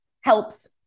helps